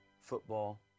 football